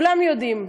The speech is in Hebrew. כולם יודעים,